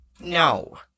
No